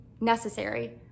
necessary